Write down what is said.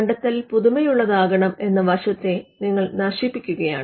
കണ്ടെത്തൽ പുതുമയുള്ളതാകണം എന്ന വശത്തെ നിങ്ങൾ നശിപ്പിക്കുകയാണ്